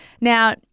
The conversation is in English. Now